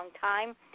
time